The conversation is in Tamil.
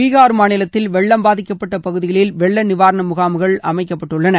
பீகார் மாநிலத்தில் வெள்ளம் பாதிக்கப்பட்ட பகுதிகளில் வெள்ள நிவாரண முகாம்கள் அமைக்கப்பட்டுள்ளன